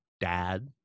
dad